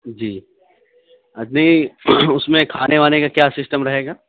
جی نہیں اس میں کھانے وانے کا کیا سسٹم رہے گا